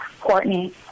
Courtney